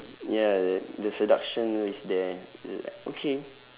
ya the the seduction is there okay